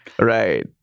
Right